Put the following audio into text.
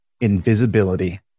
Invisibility